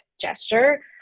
gesture